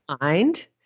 mind